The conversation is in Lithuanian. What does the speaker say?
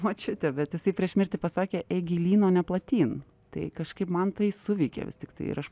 močiutę bet jisai prieš mirtį pasakė eik gilyn o ne platyn tai kažkaip man tai suveikė vis tiktai ir aš